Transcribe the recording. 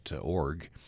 org